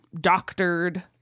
doctored